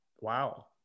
wow